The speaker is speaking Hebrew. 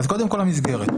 קודם כול למסגרת.